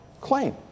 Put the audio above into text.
claim